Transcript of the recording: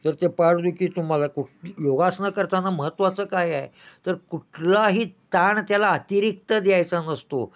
तर ते पाठदुखी की तुम्हाला कुठ योगासनं करताना महत्त्वाचं काय आहे तर कुठलाही ताण त्याला अतिरिक्त द्यायचा नसतो